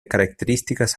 características